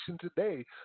Today